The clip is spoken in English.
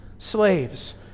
Slaves